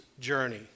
journey